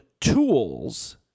tools